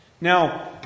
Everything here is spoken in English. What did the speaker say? Now